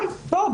גם פה,